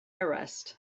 arrest